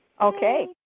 Okay